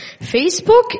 Facebook